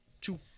two